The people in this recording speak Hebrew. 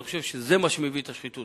אני חושב שזה מה שמביא את השחיתות.